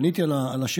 עניתי על השאלות.